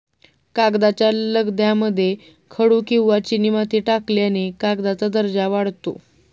कागदाच्या लगद्यामध्ये खडू किंवा चिनीमाती टाकल्याने कागदाचा दर्जा वाढतो